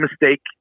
mistake